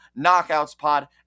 knockoutspod